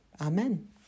Amen